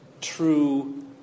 true